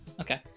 Okay